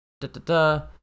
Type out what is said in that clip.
da-da-da